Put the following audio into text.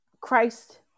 Christ